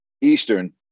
Eastern